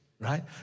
Right